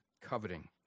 coveting